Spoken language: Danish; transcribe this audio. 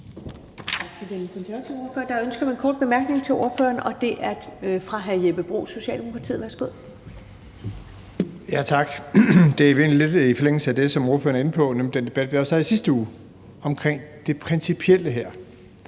er ønske om en kort bemærkning til ordføreren, og det er fra hr. Jeppe Bruus, Socialdemokratiet. Værsgo. Kl. 10:57 Jeppe Bruus (S): Tak. Det er i virkeligheden lidt i forlængelse af det, som ordføreren er inde på, nemlig den debat, vi også havde i sidste uge omkring det principielle her.